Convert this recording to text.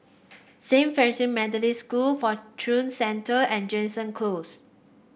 Saint Francis Methodist School Fortune Centre and Jansen Close